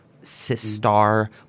star